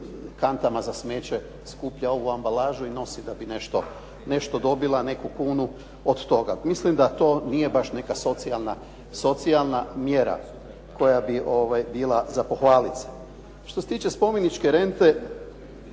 kantama za smeće skuplja ovu ambalažu i nosi da bi nešto dobila, neku kunu od toga. Mislim da to nije baš neka socijalna mjera koja bi bila za pohvalit se. Što se tiče spomeničke rente